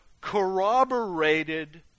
corroborated